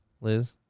Liz